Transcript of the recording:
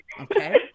okay